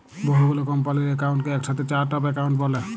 বহু গুলা কম্পালির একাউন্টকে একসাথে চার্ট অফ একাউন্ট ব্যলে